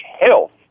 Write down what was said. health